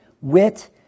wit